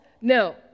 No